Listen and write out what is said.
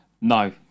No